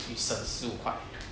你省十五块